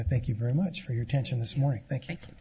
thank you very much for your attention this morning thank